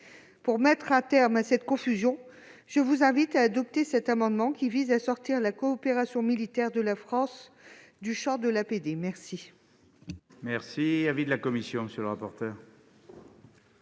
Pour mettre un terme à cette confusion, mes chers collègues, je vous invite à adopter cet amendement, qui vise à sortir la coopération militaire de la France du champ de l'APD. Quel